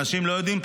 אנשים לא יודעים,